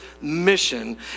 mission